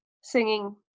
singing